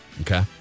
Okay